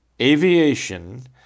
aviation